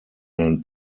man